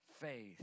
faith